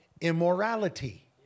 immorality